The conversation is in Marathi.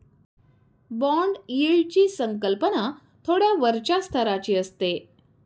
बाँड यील्डची संकल्पना थोड्या वरच्या स्तराची असते